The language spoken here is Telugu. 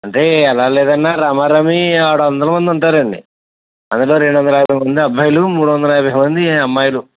అంటే ఎలా లేదన్నా రమారమి ఆరు వందల మంది ఉంటారు అండి అందులో రెండు వందల యాభై మంది అబ్బాయిలు మూడు వందల యాభై మంది అమ్మాయిలు